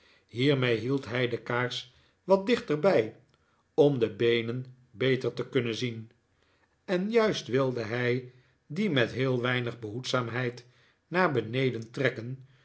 hiermee hield hij de kaars wat dichterbij om de beenen beter te kunnen zien en juist wilde hij die met heel weinig behoedzaamheid naar beneden trekken